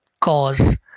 cause